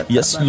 Yes